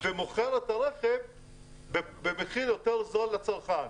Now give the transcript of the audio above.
ומוכר את הרכב במחיר יותר זול לצרכן.